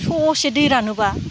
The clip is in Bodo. ससे दै रानोबा